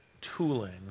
tooling